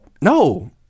No